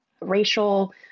racial